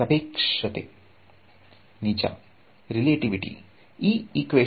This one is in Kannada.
ವಿದ್ಯಾರ್ಥಿ ಸಾಪೇಕ್ಷತೆ ರೆಲೆಟಿವಿಟಿ ನಿಜ ರೆಲೆಟಿವಿಟಿ